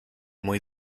muy